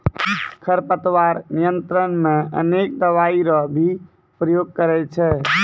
खरपतवार नियंत्रण मे अनेक दवाई रो भी प्रयोग करे छै